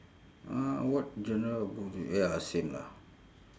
uh what genre of books do you ya same lah